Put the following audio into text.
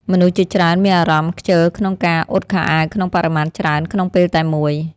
មនុស្សជាច្រើនមានអារម្មណ៍ខ្ជិលក្នុងការអ៊ុតខោអាវក្នុងបរិមាណច្រើនក្នុងពេលតែមួយ។